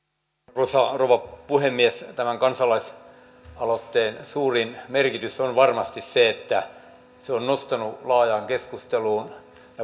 arvoisa rouva puhemies tämän kansalaisaloitteen suurin merkitys on varmasti se että se on nostanut laajaan